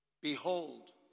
Behold